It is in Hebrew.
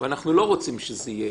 אנחנו לא רוצים שזה יהיה.